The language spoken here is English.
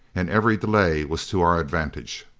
and every delay was to our advantage.